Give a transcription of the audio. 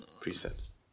precepts